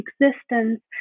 existence